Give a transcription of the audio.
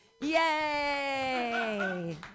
Yay